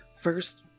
first